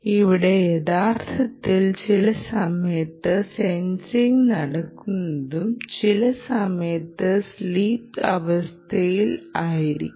ഇവിടെ യഥാർത്ഥത്തിൽ ചില സമയത്ത് സെൻസിംഗ് നടക്കുകയും ചില സമയത്ത് സ്ലീപ് അവസ്ഥയിലും ആയിരിക്കും